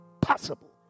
possible